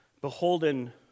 beholden